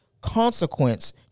consequence